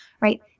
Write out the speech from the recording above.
Right